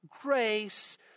grace